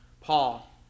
Paul